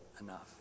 enough